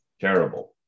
terrible